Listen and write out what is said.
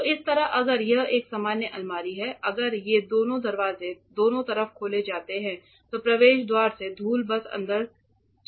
तो इस तरह अगर यह एक सामान्य अलमारी है अगर ये दोनों दरवाजे दोनों तरफ खोले जाते हैं तो प्रवेश द्वार से धूल बस अंदर चली जाएगी